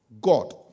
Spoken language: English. God